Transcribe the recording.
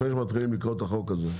לפני שמתחילים לקרוא את החוק הזה.